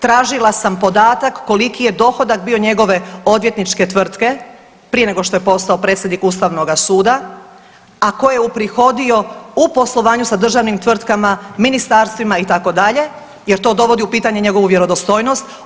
Tražila sam podatak koliki je dohodak bio njegove odvjetničke tvrtke prije nego što je postao predsjednik Ustavnoga suda, a koje je uprihodio u poslovanju sa državnim tvrtkama, ministarstvima itd., jer to dovodi u pitanje njegovu vjerodostojnost.